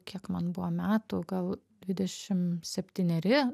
kiek man buvo metų gal dvidešim septyneri